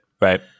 Right